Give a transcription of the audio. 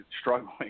struggling